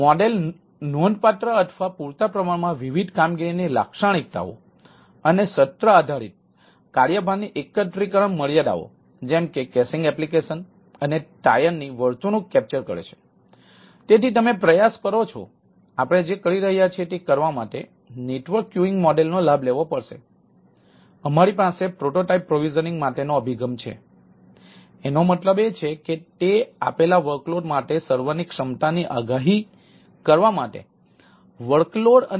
તેથી મોડેલ નો ઉપયોગ કરે છે